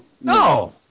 No